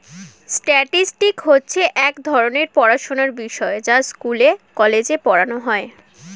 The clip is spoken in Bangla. স্ট্যাটিস্টিক্স হচ্ছে এক ধরণের পড়াশোনার বিষয় যা স্কুলে, কলেজে পড়ানো হয়